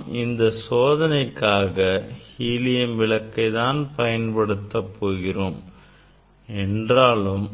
நாம் இந்த சோதனைக்காக ஹீலியம் விளக்கை தான் பயன்படுத்துகிறோம் என்றாலும்